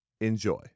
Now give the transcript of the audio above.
Enjoy